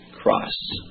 cross